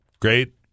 great